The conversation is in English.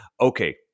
okay